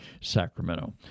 Sacramento